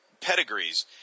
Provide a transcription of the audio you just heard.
pedigrees